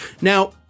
Now